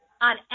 on